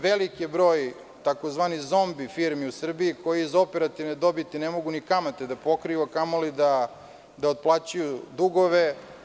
Veliki je broj tzv. zombi firmi u Beogradu koji iz operativne dobiti ne mogu ni kamate da pokriju, a kamoli da otplaćuju dugove.